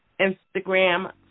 Instagram